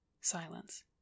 Silence